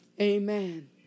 amen